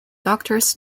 doctors